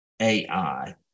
AI